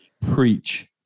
Preach